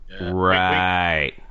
Right